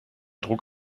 druck